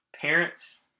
parents